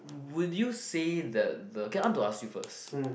would you say that the K I want to ask you first